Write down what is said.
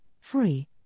free